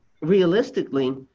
realistically